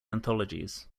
anthologies